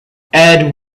add